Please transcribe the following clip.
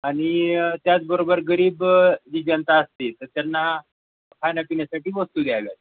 आणि त्याचबरोबर गरीब जी जनता असते तर त्यांना खाण्यापिण्यासाठी वस्तू द्याव्या